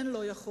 אין לא יכול.